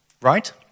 right